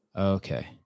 Okay